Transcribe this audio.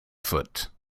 foot